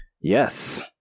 Yes